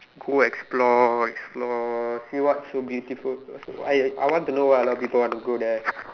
go explore explore see what's so beautiful I I want to know why alot of people want to go there